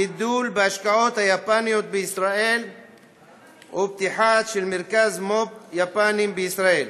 גידול בהשקעות היפניות בישראל ופתיחה של מרכז מו"פ יפני בישראל.